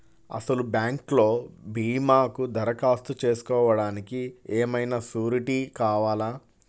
అసలు బ్యాంక్లో భీమాకు దరఖాస్తు చేసుకోవడానికి ఏమయినా సూరీటీ కావాలా?